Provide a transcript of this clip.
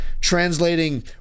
translating